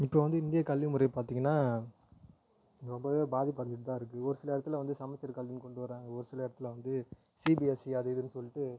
இப்போ வந்து இந்தியக் கல்வி முறை பார்த்திங்கன்னா ரொம்பவே பாதிப்படஞ்சிக்கிட்டுதான் இருக்குது ஒரு சில இடத்தில் வந்து சமச்சீர் கல்வி கொண்டு வராங்க ஒரு சில இடத்தில் வந்து சிபிஎஸ்சி அது இதுனு சொல்லிடு